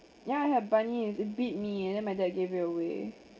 ya I have bunnies it bit me and then my dad gave it away